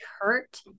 hurt